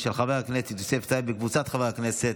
של חבר הכנסת יוסף טייב וקבוצת חברי הכנסת,